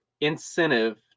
incentive